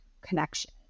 connection